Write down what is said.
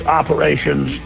operations